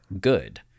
good